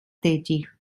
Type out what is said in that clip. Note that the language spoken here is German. tätig